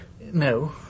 No